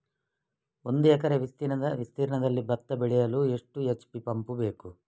ಒಂದುಎಕರೆ ವಿಸ್ತೀರ್ಣದಲ್ಲಿ ಭತ್ತ ಬೆಳೆಯಲು ಎಷ್ಟು ಎಚ್.ಪಿ ಪಂಪ್ ಬೇಕು?